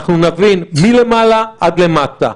נבין מלמעלה עד למטה,